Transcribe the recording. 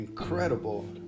incredible